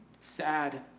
Sad